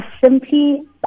simply